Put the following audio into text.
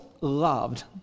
loved